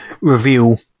reveal